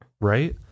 right